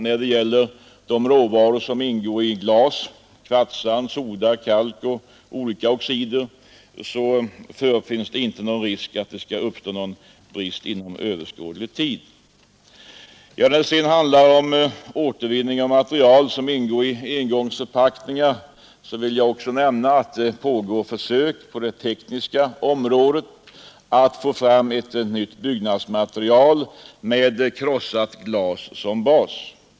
När det gäller de råvaror som ingår i glas, t.ex. kvartssand, soda, kalk och olika oxider, förefinns inte någon risk för att det uppstår någon brist inom överskådlig tid. Beträffande återvinning av materialet som ingår i engångsförpackningar vill jag också nämna att det pågår försök på det tekniska området med att få fram ett nytt byggnadsmaterial med krossat glas som bas.